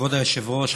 כבוד היושב-ראש,